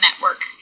network